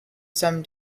some